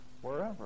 wherever